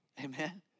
Amen